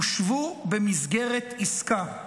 הושבו במסגרת עסקה,